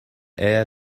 heir